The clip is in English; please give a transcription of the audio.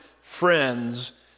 friends